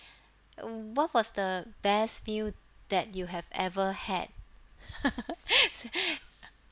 what was the best meal that you have ever had